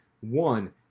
one –